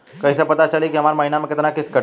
कईसे पता चली की हमार महीना में कितना किस्त कटी?